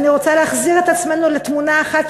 אני רוצה להחזיר את עצמנו לתמונה אחת,